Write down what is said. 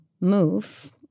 move